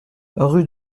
rue